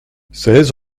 seize